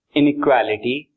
inequality